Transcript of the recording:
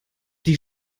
die